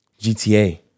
GTA